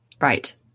right